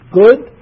good